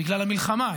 בגלל המלחמה,